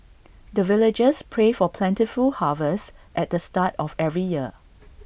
the villagers pray for plentiful harvest at the start of every year